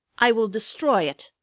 i will destroy it.